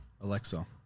Alexa